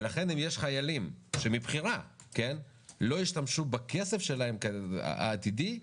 ולכן אם יש חיילים שמבחירה לא השתמשו בכסף העתידי שלהם,